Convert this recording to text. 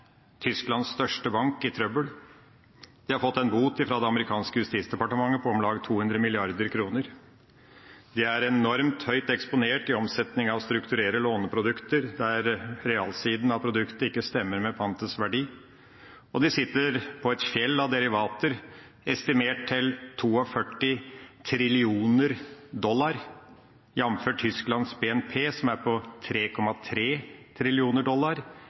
Tysklands største bank, i trøbbel. De har fått en bot fra det amerikanske justisdepartementet på om lag 200 mrd. kr. De er enormt høyt eksponert i omsetning av strukturerte låneprodukter, der realsiden av produktet ikke stemmer med pantets verdi, og de sitter på et fjell av derivater, estimert til 42 trillioner dollar, jamfør Tysklands BNP, som er på 3,3 trillioner dollar,